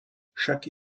chaque